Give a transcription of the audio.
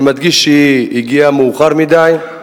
אני מדגיש שהיא הגיעה מאוחר מדי.